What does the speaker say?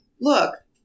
look